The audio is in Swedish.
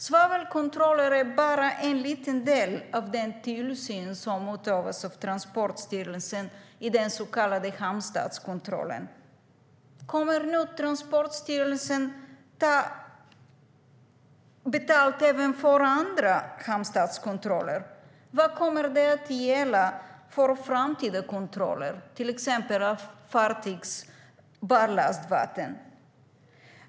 Svavelkontroller är bara en liten del av den tillsyn som utövas av Transportstyrelsen i den så kallade hamnstatskontrollen. Kommer Transportstyrelsen nu att ta betalt även för andra hamnstatskontroller? Vad kommer att gälla för framtida kontroller, till exempel av fartygs barlastvatten?